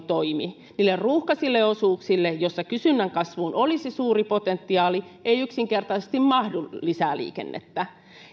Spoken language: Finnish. toimi niille ruuhkaisille osuuksille joissa kysynnän kasvuun olisi suuri potentiaali ei yksinkertaisesti mahdu lisää liikennettä